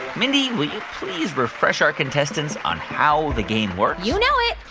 mindy, will you please refresh our contestants on how the game works? you know it.